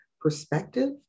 perspective